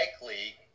likely